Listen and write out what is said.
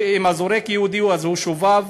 אם הזורק יהודי אז הוא שובב,